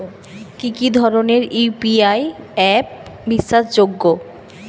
কি কি ধরনের ইউ.পি.আই অ্যাপ বিশ্বাসযোগ্য?